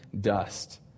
dust